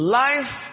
life